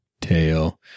tail